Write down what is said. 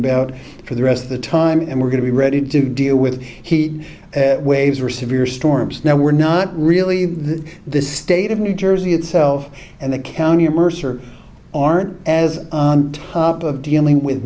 about for the rest of the time and we're going to be ready to deal with heat waves or severe storms now we're not really the state of new jersey itself and the county or mercer aren't as top of dealing with